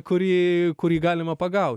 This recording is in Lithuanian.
kurį kurį galima pagaut